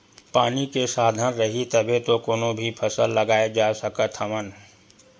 पानी के साधन रइही तभे तो कोनो भी फसल लगाए जा सकत हवन